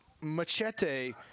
Machete